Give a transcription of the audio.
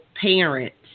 parents